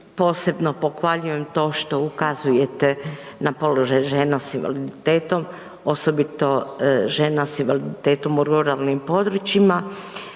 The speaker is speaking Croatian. posebno pohvaljujem na to što ukazujete na položaj žena s invaliditetom, osobito žena s invaliditetom u ruralnim područjima